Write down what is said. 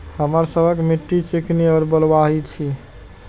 हमर सबक मिट्टी चिकनी और बलुयाही छी?